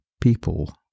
people